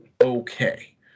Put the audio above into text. okay